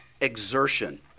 exertion